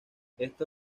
esto